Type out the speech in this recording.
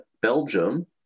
Belgium